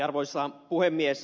arvoisa puhemies